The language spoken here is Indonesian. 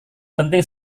penting